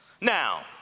Now